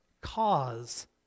cause